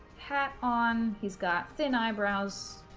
hat on. he's got thin eyebrows,